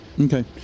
Okay